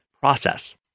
Process